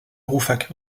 rouffach